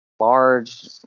large